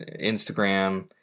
Instagram